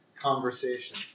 conversation